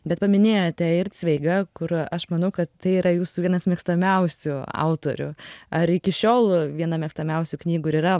bet paminėjote ir cveigą kur aš manau kad tai yra jūsų vienas mėgstamiausių autorių ar iki šiol viena mėgstamiausių knygų ir yra